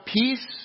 peace